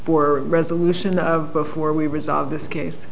for resolution of before we resolve this case